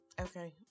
Okay